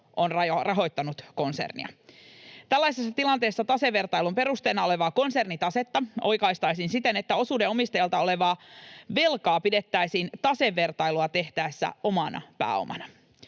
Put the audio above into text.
on rahoittanut konsernia. Tällaisessa tilanteessa tasevertailun perusteena olevaa konsernitasetta oikaistaisiin siten, että osuuden omistajalta olevaa velkaa pidettäisiin tasevertailua tehtäessä omana pääomana.